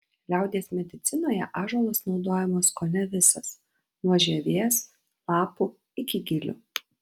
liaudies medicinoje ąžuolas naudojamas kone visas nuo žievės lapų iki gilių